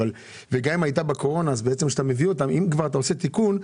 ואם אתה עושה תיקון,